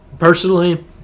personally